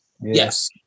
Yes